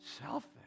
Selfish